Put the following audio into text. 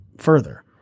further